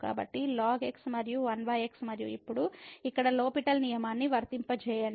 కాబట్టి ln x మరియు 1x మరియు ఇప్పుడు ఇక్కడ లో పిటెల్ L'Hospital నియమాన్ని వర్తింపజేయండి